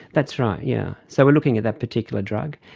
that's right, yeah so we're looking at that particular drug.